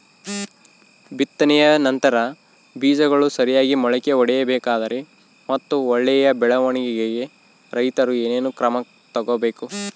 ಬಿತ್ತನೆಯ ನಂತರ ಬೇಜಗಳು ಸರಿಯಾಗಿ ಮೊಳಕೆ ಒಡಿಬೇಕಾದರೆ ಮತ್ತು ಒಳ್ಳೆಯ ಬೆಳವಣಿಗೆಗೆ ರೈತರು ಏನೇನು ಕ್ರಮ ತಗೋಬೇಕು?